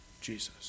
Jesus